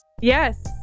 yes